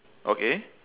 okay